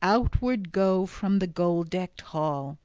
outward go from the gold-decked hall